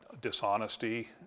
dishonesty